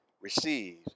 receive